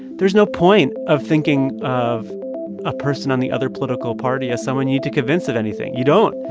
there's no point of thinking of a person on the other political party as someone you need to convince of anything. you don't.